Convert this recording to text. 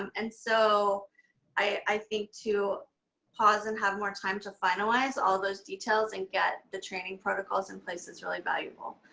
um and so i think to pause and have more time to finalize all those details and get the training protocols in place is really valuable.